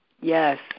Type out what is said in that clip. Yes